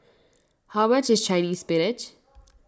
how much is Chinese Spinach